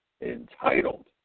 entitled